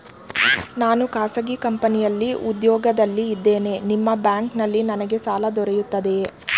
ನಾನು ಖಾಸಗಿ ಕಂಪನಿಯಲ್ಲಿ ಉದ್ಯೋಗದಲ್ಲಿ ಇದ್ದೇನೆ ನಿಮ್ಮ ಬ್ಯಾಂಕಿನಲ್ಲಿ ನನಗೆ ಸಾಲ ದೊರೆಯುತ್ತದೆಯೇ?